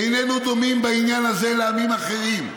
איננו דומים בעניין הזה לעמים אחרים,